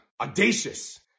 Audacious